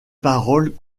paroles